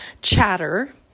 Chatter